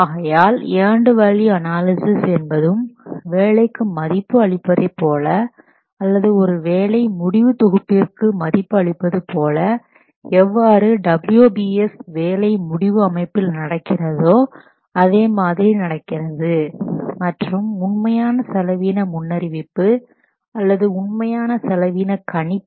ஆகையால் earned value analysis என்பதும் வேலைக்கு மதிப்பு அளிப்பதை போல அல்லது ஒரு வேலை முடிவு தொகுப்பிற்கு மதிப்பு அளிப்பது போல எவ்வாறு WBS வேலை முடிவு அமைப்பில் நடக்கிறதோ அதே மாதிரி நடக்கிறது மற்றும் உண்மையான செலவீன முன்னறிவிப்பு அல்லது உண்மையான செலவீனக்கணிப்பு